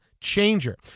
changer